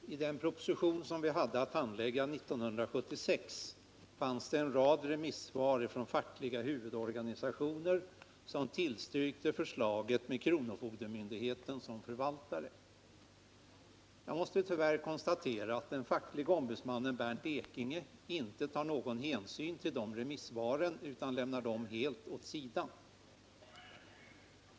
Herr talman! I den proposition som vi hade att handlägga 1976 redovisades en rad remissvar från fackliga huvudorganisationer som tillstyrkt förslaget med kronofogdemyndigheten som förvaltare. Jag måste tyvärr konstatera att den fackliga ombudsmannen Bernt Ekinge inte tar någon hänsyn till dessa remissvar utan lämnar dem helt åt sidan.